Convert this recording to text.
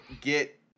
get